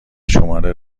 شماره